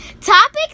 Topic